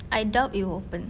I doubt it will open